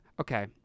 okay